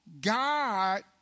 God